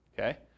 Okay